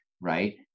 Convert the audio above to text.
right